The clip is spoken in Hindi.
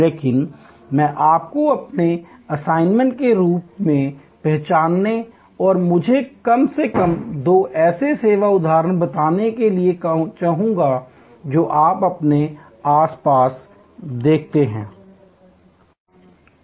लेकिन मैं आपको अपने असाइनमेंट के रूप में पहचानने और मुझे कम से कम दो ऐसे सेवा उदाहरण बताने के लिए चाहूंगा जो आप अपने आसपास देखते हैं